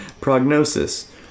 Prognosis